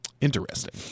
Interesting